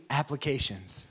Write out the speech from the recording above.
applications